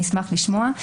נשמח לשמוע.